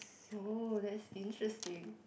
oh that's interesting